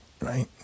right